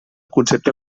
concepte